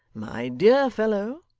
my dear fellow,